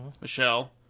Michelle